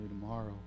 tomorrow